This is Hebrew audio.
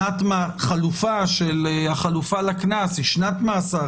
החלופה לקנס היא שנת מאסר,